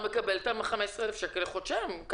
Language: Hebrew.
הוא מקבל את ה-15,000 שקל לחודשיים.